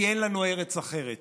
כי אין לנו ארץ אחרת.